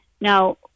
Now